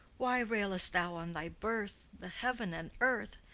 why railest thou on thy birth, the heaven, and earth?